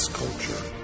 culture